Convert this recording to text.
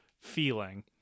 feeling